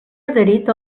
adherit